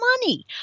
money